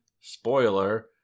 spoiler